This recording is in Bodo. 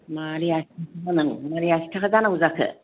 मारै आसिथाखा जानांगौ मारै आसिथाखा जानांगौ जाखो